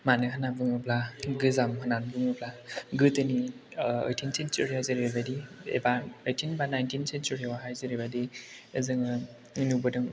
मानो होनना बुङोब्ला गोजाम होनानै बुङोब्ला गोदोनि एइटीन सेनसुरि आव जेरैबायदि एबा एइटीन बा नाइटीन सेनसुरियावहाय जेरैबायदि जोङो नुबोदों